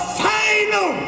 final